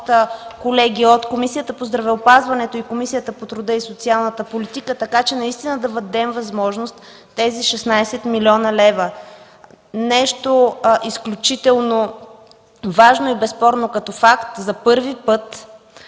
колеги от Комисията по здравеопазването и Комисията по труда и социалната политика, така че наистина да дадем възможност тези 16 милиона лева – нещо изключително важно и безспорно като факт – за първи път